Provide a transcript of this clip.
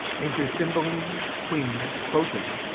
enter cymbeline, queen, cloten,